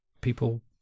people